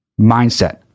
mindset